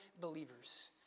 believers